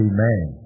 Amen